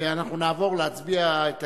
ואנחנו נעבור להצביע על ההסתייגויות.